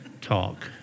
talk